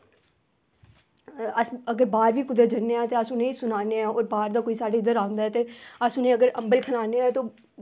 अस कुदै बाहर बी जन्ने आं ते उनेंगी सनाने आं कि बाहर दी साढ़े कोई उद्धर आंदा ऐ ते अलस अगर उनेंगी अम्बल खलान्ने आं ते